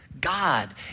God